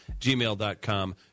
Gmail.com